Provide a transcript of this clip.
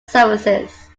services